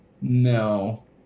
No